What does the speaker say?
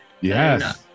Yes